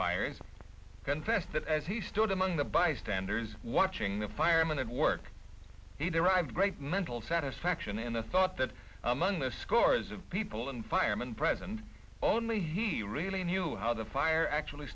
fires confessed that as he stood among the bystanders watching the fireman and work he derive great mental satisfaction in the thought that among the scores of people and firemen present only he really knew how the fire actually